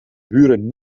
buren